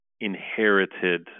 inherited